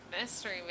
mystery